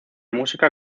música